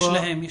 יש להם.